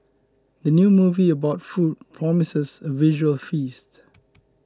the new movie about food promises a visual feast